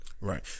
Right